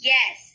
Yes